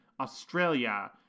Australia